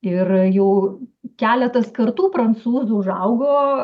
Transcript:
ir jau keletas kartų prancūzų užaugo